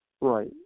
right